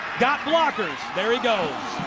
got blockers. there he goes.